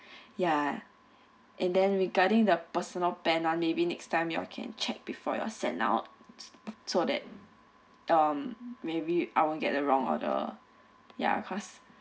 ya and then regarding the personal pan one maybe next time you all can check before you all send out so that um maybe I won't get the wrong order ya cause